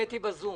קטי, בזום,